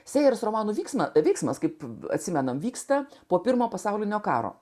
serijos romanų vyksmą vyksmas kaip atsimename vyksta po pirmo pasaulinio karo